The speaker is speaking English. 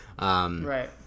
Right